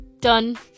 done